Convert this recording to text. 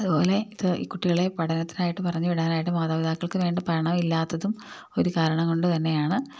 അതുപോലെ ഇത് ഈ കുട്ടികളെ പഠനത്തിനായിട്ട് പറഞ്ഞുവിടാനായിട്ട് മാതാപിതാക്കൾക്ക് വേണ്ട പണമില്ലാത്തതും ഒരു കാരണം കൊണ്ടുതന്നെയാണ്